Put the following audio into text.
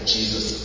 Jesus